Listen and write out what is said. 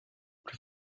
plus